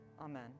Amen